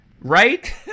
right